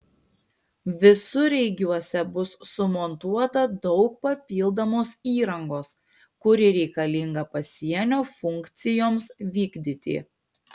visureigiuose bus sumontuota daug papildomos įrangos kuri reikalinga pasienio funkcijoms vykdyti